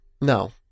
No